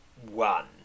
one